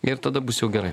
ir tada bus jau gerai